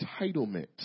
entitlement